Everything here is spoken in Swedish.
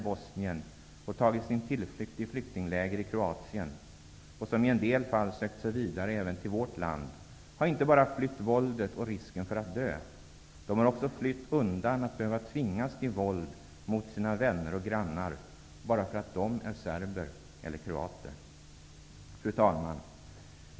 Bosnien och tagit sin tillflykt i flyktingläger i Kroatien, och som i en del fall sökt sig vidare, även till vårt land, har inte bara flytt våldet och risken för att dö. De har också flytt undan att behöva tvingas till våld mot sina vänner och grannar, bara för att de är serber eller kroater. Fru talman!